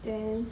then